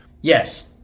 Yes